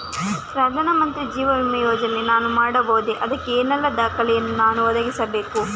ಪ್ರಧಾನ ಮಂತ್ರಿ ಜೀವ ವಿಮೆ ಯೋಜನೆ ನಾನು ಮಾಡಬಹುದೇ, ಅದಕ್ಕೆ ಏನೆಲ್ಲ ದಾಖಲೆ ಯನ್ನು ನಾನು ಒದಗಿಸಬೇಕು?